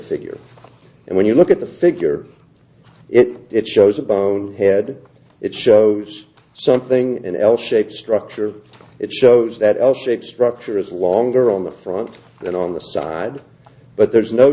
figure and when you look at the figure it shows a bone head it shows something an l shaped structure it shows that l shaped structure is longer on the front than on the side but there's no